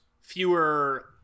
fewer